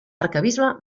arquebisbe